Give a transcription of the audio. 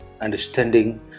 understanding